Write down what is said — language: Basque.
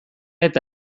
eta